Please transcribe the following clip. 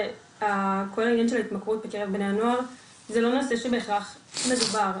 כל העניין של ההתמכרות בקרב בני הנוער זה לא נושא שבהכרח מדובר.